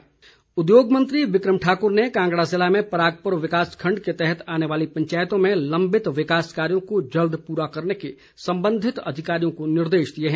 बिक्रम ठाकुर उद्योग मंत्री बिक्रम ठाकुर ने कांगड़ा ज़िले में परागपुर विकास खंड के तहत आने वाली पंचायतों में लंबित विकास कार्यो को जल्द पूरा करने के संबंधित अधिकारियों को निर्देश दिए हैं